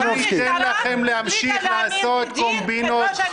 לא ניתן לכם להמשיך לעשות קומבינות.